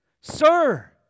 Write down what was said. Sir